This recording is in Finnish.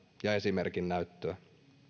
ja esimerkinnäyttöä